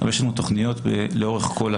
אבל יש לנו תכניות לאורך כל השנה.